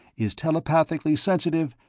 is telepathically sensitive,